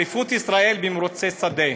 אליפות ישראל במרוצי שדה.